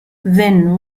then